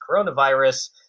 coronavirus